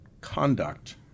conduct